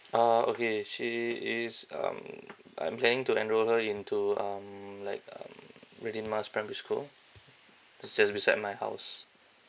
uh okay she is um I'm planning to enroll her into um like um radin mas primary school it's just beside my house